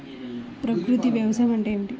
ప్రకృతి వ్యవసాయం అంటే ఏమిటి?